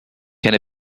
can